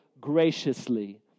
graciously